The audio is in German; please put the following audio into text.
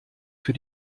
für